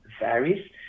varies